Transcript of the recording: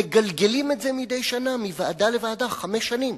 מגלגלים את זה מדי שנה מוועדה לוועדה, חמש שנים,